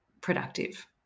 productive